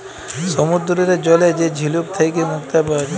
সমুদ্দুরের জলে যে ঝিলুক থ্যাইকে মুক্তা পাউয়া যায়